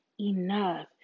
enough